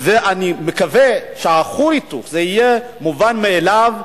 ואני מקווה שכור ההיתוך יהיה מובן מאליו,